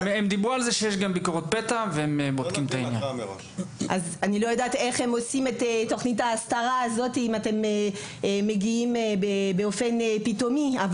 אז אני לא יודעת איך מבוצעת הסתרה אם אתם מופיעים באופן פתאומי.